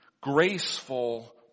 graceful